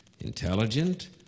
intelligent